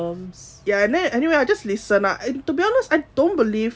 ya and then anyway I just listen lah to be honest I don't believe